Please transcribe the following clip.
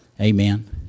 Amen